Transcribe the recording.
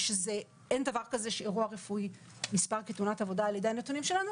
אין דבר כזה שאירוע רפואי נספר כתאונת עבודה על ידי הנתונים שלנו,